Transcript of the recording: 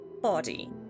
body